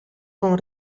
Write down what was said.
con